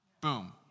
Boom